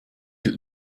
gilt